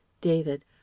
David